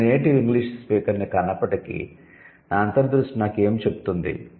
నేను native English speaker ను కానప్పటికీ నా అంతర్ దృష్టి నాకు ఏమి చెబుతుంది